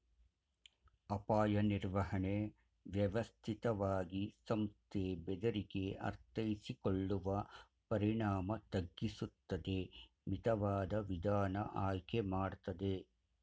ಅಪಾಯ ನಿರ್ವಹಣೆ ವ್ಯವಸ್ಥಿತವಾಗಿ ಸಂಸ್ಥೆ ಬೆದರಿಕೆ ಅರ್ಥೈಸಿಕೊಳ್ಳುವ ಪರಿಣಾಮ ತಗ್ಗಿಸುತ್ತದೆ ಮಿತವಾದ ವಿಧಾನ ಆಯ್ಕೆ ಮಾಡ್ತದೆ